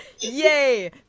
yay